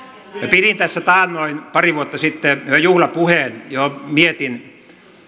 pidin tässä taannoin pari vuotta sitten juhlapuheen johon liittyen mietin